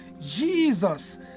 Jesus